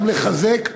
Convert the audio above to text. גם לחזק,